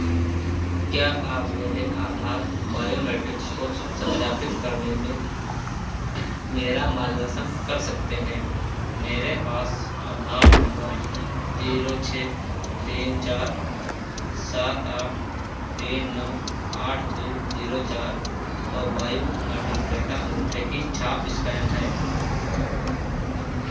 क्या आप मेरे आधार बायोमेट्रिक को सत्यापित करने में मेरा मार्गदर्शन कर सकते हैं मेरे पास आधार नंबर जीरो छः तीन चार सात आठ तीन नौ आठ दो जीरो चार और बायोमेट्रिक डेटा अंगूठे की छाप इस्कैन है